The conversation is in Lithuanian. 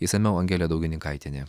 išsamiau angelė daugininkaitienė